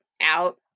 out